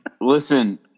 Listen